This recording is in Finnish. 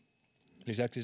lisäksi